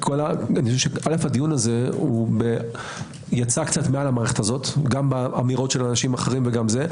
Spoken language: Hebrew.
כל הדיון הזה קצת יצא מעל המערכת הזו גם באמירות של אנשים אחרים וגם זה.